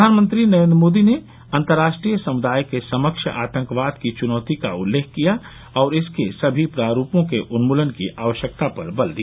प्रधानमंत्री नरेन्द्र मोदी ने अंतर्राष्ट्रीय समुदाय के समक्ष आतंकवाद की चुनौती का उल्लेख किया और इसके सभी प्रारूपों के उन्मूलन की आवश्यकता पर बल दिया